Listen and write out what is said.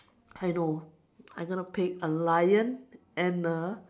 I know I'm gonna pick a lion and a